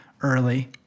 early